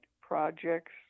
projects